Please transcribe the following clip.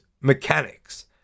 mechanics